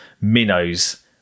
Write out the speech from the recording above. minnows